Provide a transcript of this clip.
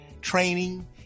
training